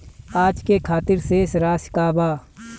आज के खातिर शेष राशि का बा?